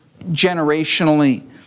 generationally